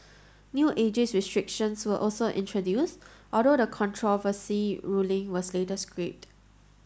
new ageist restrictions were also introduced although the controversial ruling was later scrapped